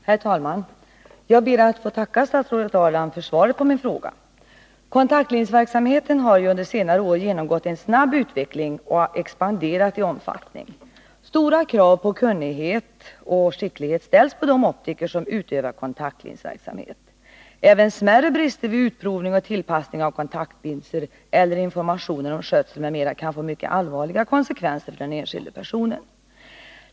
Herr talman! Jag ber att få tacka statsrådet Ahrland för svaret på min fråga. ”Kontaktlinsverksamheten har under senare år genomgått en snabb utveckling och expanderat i omfattning. Stora krav på kunnighet och skicklighet ställs på de optiker, som utövar kontaktlinsverksamhet. Även smärre brister vid utprovning och tillpassning av kontaktlinser eller informationen om skötsel m.m. kan få mycket allvarliga konsekvenser för den enskilde personen.